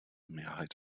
mehrheit